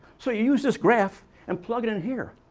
so, you use this graph and plug it in here.